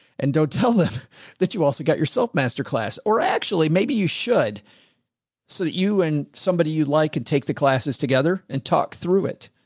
and don't tell them that you also get yourself masterclass, or actually, maybe you should so that you and somebody you like and take the classes together and talk through it.